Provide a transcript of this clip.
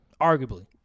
arguably